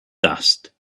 dust